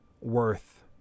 worth